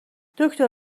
دکتر